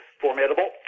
formidable